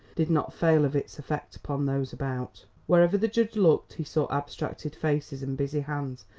did not fail of its effect upon those about. wherever the judge looked he saw abstracted faces and busy hands,